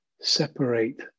separate